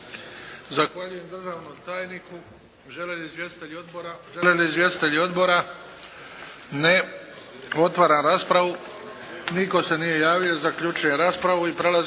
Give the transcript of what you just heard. Zahvaljujem državnom tajniku. Žele li izvjestitelji odbora? Ne. Otvaram raspravu. Nitko se nije javio. Zaključujem raspravu.